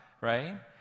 right